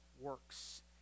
works